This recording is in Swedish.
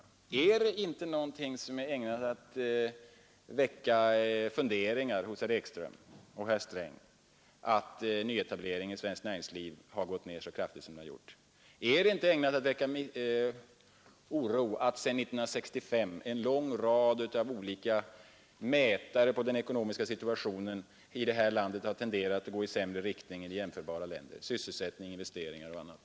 Är det inte ägnat att hos herr Ekström och herr Sträng väcka funderingar att nyetableringen inom svenskt näringsliv gått ned så kraftigt som den gjort? Är det inte ägnat att väcka oro att sedan 1965 en lång rad av olika mätare på den ekonomiska situationen har tenderat att gå i sämre riktning hos oss än i andra länder i fråga om sysselsättning, investeringar och annat?